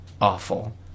awful